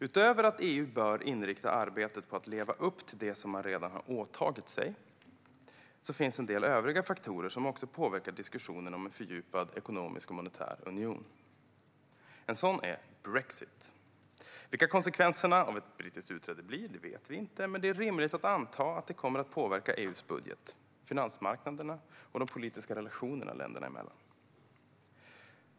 Utöver att EU bör inrikta arbetet på att leva upp till det som man redan har åtagit sig finns det en del övriga faktorer som påverkar diskussionen om en fördjupad ekonomisk och monetär union. En sådan är brexit. Vilka konsekvenserna av ett brittiskt utträde blir vet vi inte. Men det är rimligt att anta att det kommer att påverka EU:s budget, finansmarknaderna och de politiska relationerna länderna emellan.